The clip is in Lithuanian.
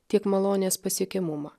tiek malonės pasiekiamumą